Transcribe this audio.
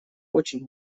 очень